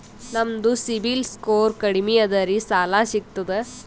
ನಮ್ದು ಸಿಬಿಲ್ ಸ್ಕೋರ್ ಕಡಿಮಿ ಅದರಿ ಸಾಲಾ ಸಿಗ್ತದ?